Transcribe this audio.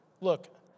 look